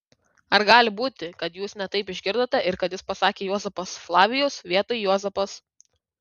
ar gali būti kad jūs ne taip išgirdote ir kad jis pasakė juozapas flavijus vietoj juozapas